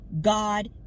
God